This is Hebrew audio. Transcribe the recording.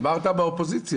אמרת באופוזיציה?